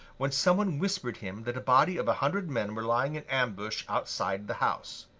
when some one whispered him that a body of a hundred men were lying in ambush outside the house.